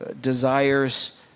desires